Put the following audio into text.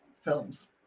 films